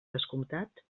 descomptat